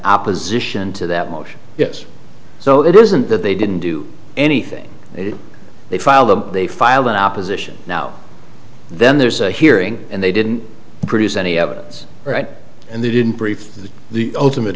opposition to that motion yes so it isn't that they didn't do anything they file them they file the opposition now then there's a hearing and they didn't produce any evidence right and they didn't brief the ultimate